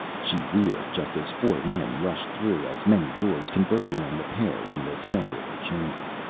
she wheeled just as four men rushed through as many doors, converging on the pair in the center of the chamber.